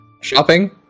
shopping